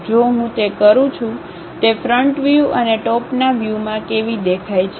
જો હું તે કરું છું તે ફ્રન્ટ વ્યૂ અને ટોપના વ્યૂમાં કેવી દેખાય છે